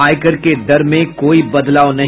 आयकर के दर में कोई बदलाव नहीं